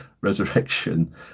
resurrection